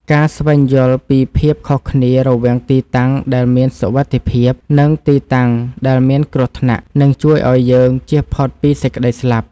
ការស្វែងយល់ពីភាពខុសគ្នារវាងទីតាំងដែលមានសុវត្ថិភាព និងទីតាំងដែលមានគ្រោះថ្នាក់នឹងជួយឱ្យយើងជៀសផុតពីសេចក្តីស្លាប់។